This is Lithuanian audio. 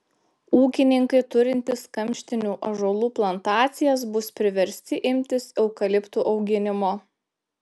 ūkininkai turintys kamštinių ąžuolų plantacijas bus priversti imtis eukaliptų auginimo